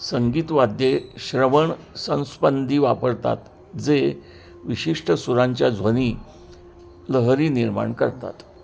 संगीतवाद्ये श्रवण संस्पंदी वापरतात जे विशिष्ट सुरांच्या ध्वनी लहरी निर्माण करतात